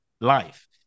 life